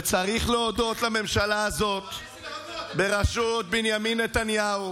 וצריך להודות לממשלה הזו בראשות בנימין נתניהו,